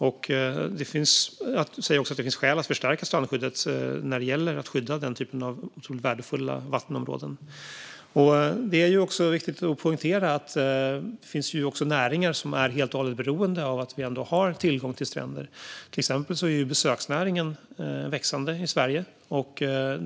Det framgår att det finns skäl att förstärka strandskyddet för att skydda den typen av värdefulla vattenområden. Det är också viktigt att poängtera att det finns näringar som är helt och hållet beroende av att det finns tillgång till stränder. Till exempel är besöksnäringen växande i Sverige.